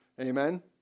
Amen